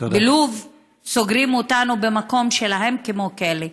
בלוב סוגרים אותנו במקום שלהם, כמו כלא.